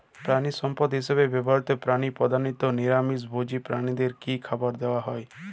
প্রাণিসম্পদ হিসেবে ব্যবহৃত প্রাণী প্রধানত নিরামিষ ভোজী প্রাণীদের কী খাবার দেয়া হয়?